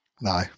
No